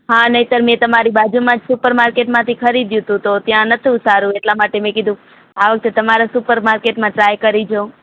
હા નહીંતર મેં તમારી બાજુમાં જ સુપરમાર્કેટમાંથી ખરીદ્યું હતું તો ત્યાં નહોતું સારું એટલા માટે મેં કીધું કે આ વખતે તમારા સુપરમાર્કેટમાં ટ્રાય કરી જોઉં